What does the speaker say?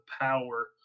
power